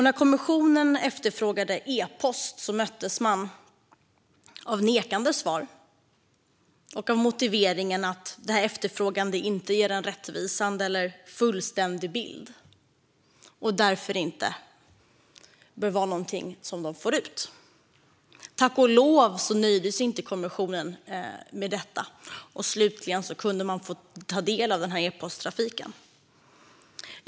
När kommissionen efterfrågade e-post möttes den av nekande svar och av motiveringen att det efterfrågade inte ger en rättvisande eller fullständig bild och därför inte bör vara någonting som den får ut. Tack och lov nöjde sig inte kommissionen med detta, och slutligen kunde den få ta del av eposttrafiken.